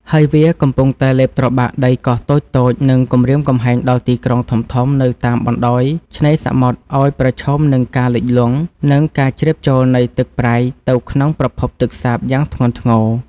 ហើយវាកំពុងតែលេបត្របាក់ដីកោះតូចៗ និងគំរាមកំហែងដល់ទីក្រុងធំៗនៅតាមបណ្ដោយឆ្នេរសមុទ្រឱ្យប្រឈមនឹងការលិចលង់ និងការជ្រាបចូលនៃទឹកប្រៃទៅក្នុងប្រភពទឹកសាបយ៉ាងធ្ងន់ធ្ងរ។